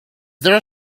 there